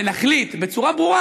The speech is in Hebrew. ונחליט בצורה ברורה,